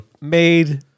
made